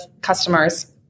customers